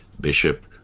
Bishop